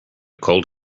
cold